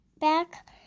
back